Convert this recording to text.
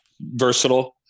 versatile